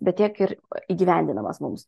bet tiek ir įgyvendinamas mums